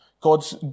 God's